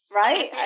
right